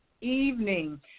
evening